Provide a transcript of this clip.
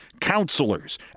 counselors